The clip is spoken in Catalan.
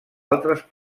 altres